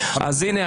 אז הינה,